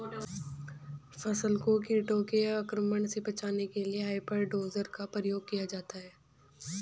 फसल को कीटों के आक्रमण से बचाने के लिए हॉपर डोजर का प्रयोग किया जाता है